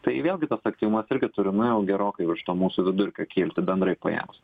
tai vėlgi tas aktyvumas irgi turi nu jau gerokai virš to mūsų vidurkio kilti bendrai paėmus